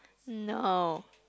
no